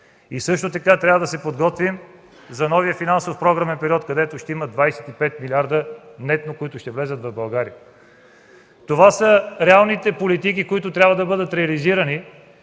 г. Трябва да се подготвим и за новия финансов програмен период, където ще има нетно 25 милиарда, които ще влязат в България. Това са реалните политики, които трябва да бъдат реализирани.